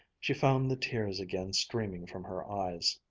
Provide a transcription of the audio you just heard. she found the tears again streaming from her eyes.